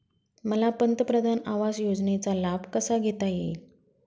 मला पंतप्रधान आवास योजनेचा लाभ कसा घेता येईल?